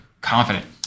confident